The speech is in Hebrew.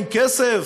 אין כסף.